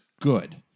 good